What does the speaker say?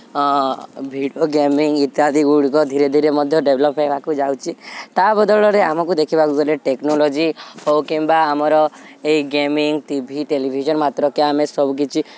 video gaming ଇତ୍ୟାଦି ଗୁଡ଼ିକ ଧୀରେ ଧୀରେ ମଧ୍ୟ ଡେଭ୍ଲପ୍ ହେବାକୁ ଯାଉଛି ତା' ବଦଳରେ ଆମକୁ ଦେଖିବାକୁ ଗଲେ ଟେକ୍ନୋଲୋଜି ହେଉ କିମ୍ବା ଆମର ଏହି ଗେମିଂ ଟି ଭି ଟେଲିଭିଜନ୍ ମାତ୍ରକେ ଆମେ ସବୁ କିଛି